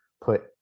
put